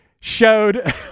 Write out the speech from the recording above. showed